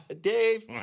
Dave